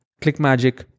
clickmagic